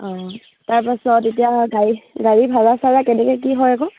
অঁ তাৰপাছত এতিয়া গাড়ী গাড়ী ভাড়া চাড়া কেনেকৈ কি হয় আকৌ